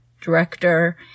director